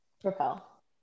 Propel